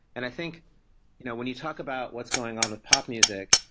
and i think you know when you talk about what's going on with pop music,